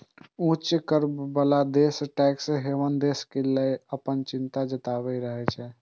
उच्च कर बला देश टैक्स हेवन देश कें लए कें अपन चिंता जताबैत रहै छै